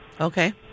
okay